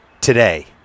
today